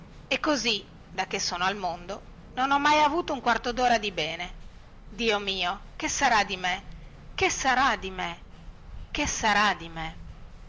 e così da che sono al mondo non ho mai avuto un quarto dora di bene dio mio che sarà di me che sarà di me che sarà di me